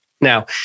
Now